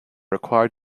required